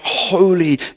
Holy